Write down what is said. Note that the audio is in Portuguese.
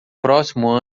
próximo